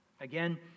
Again